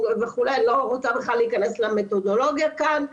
אני לא רוצה להיכנס למתודולוגיה כאן.